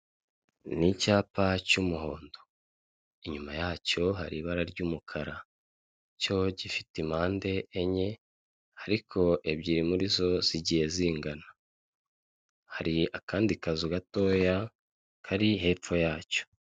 Ni icyapa cy'umuhondo. Inyuma yacyo hari ibara ry'umukara, cyo gifite impande enye ariko ebyiri muri zo zigiye zingana. Hari akandi kazu gatoya kari hepfo yacyo.